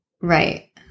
Right